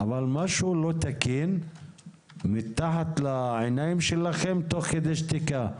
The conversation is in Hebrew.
אבל משהו לא תקין מתחת לעניים שלכם תוך כדי שתיקה.